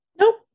nope